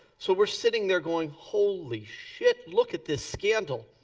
so we're sitting there going, holy shit, look at this scandal.